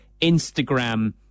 Instagram